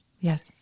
Yes